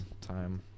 time